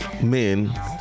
men